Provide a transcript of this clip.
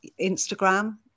Instagram